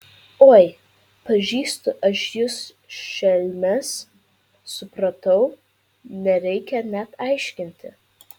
oi pažįstu aš jus šelmes supratau nereikia net aiškinti